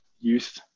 youth